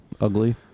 ugly